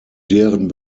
deren